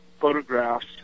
photographs